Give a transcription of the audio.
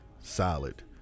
solid